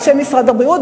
אנשי משרד הבריאות,